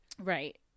Right